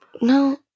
No